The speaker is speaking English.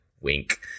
wink